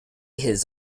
his